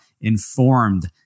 informed